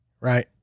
right